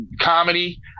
comedy